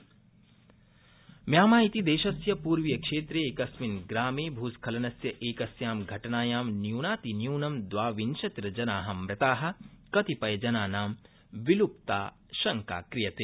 Myanmar भूस्खलनम् Myanmar इति देशस्य पूर्वीयक्षेत्रे एकस्मिन् ग्रामे भूस्खलनस्य एकस्या घटनाया न्यूनातिन्यून द्वाविशतिर्जना मृता कतिपय जनानां विलुप्ताशंका क्रियते